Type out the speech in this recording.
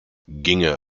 ginge